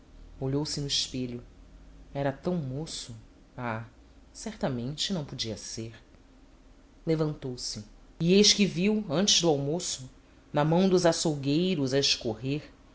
disse olhou se no espelho era tão moço ah certamente não podia ser levantou-se e eis que viu antes do almoço na mão dos açougueiros a escorrer